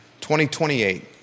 2028